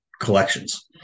collections